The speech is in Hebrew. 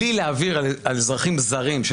לי, להעביר על אזרחים זרים.